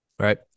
Right